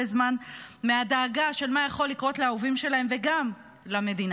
זמן מהדאגה של מה יכול לקרות לאהובים שלהם וגם למדינה.